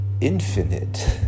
infinite